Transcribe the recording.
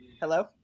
Hello